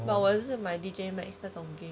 but 我的是买 D_J max 那种 game